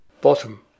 Bottom